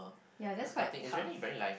ya that's quite tough